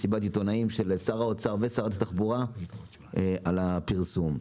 מסיבת עיתונאים של שר האוצר ושרת התחבורה על הפרסום.